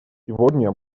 сегодня